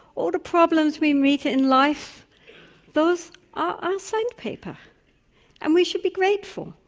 all the problems we meet in life those are our sandpaper and we should be grateful